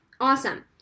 Awesome